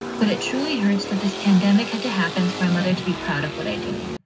but it truly hurts that this pandemic had to happen for a mother to be proud of what i do.